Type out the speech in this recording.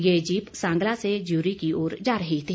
ये जीप सांगला से ज्यूरी की ओर जा रही थी